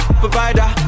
provider